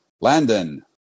Landon